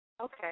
Okay